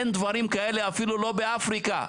אין דברים כאלה, אפילו לא באפריקה.